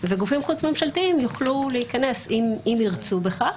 וגופים חוץ ממשלתיים ירצו להיכנס, אם ירצו בכך,